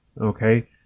okay